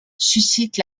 suscite